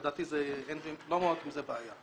לדעתי לא אמורה להיות עם זה בעיה.